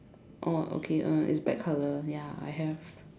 oh okay uh it's black colour ya I have